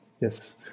Yes